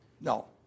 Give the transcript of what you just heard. No